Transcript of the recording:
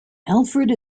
alfred